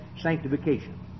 sanctification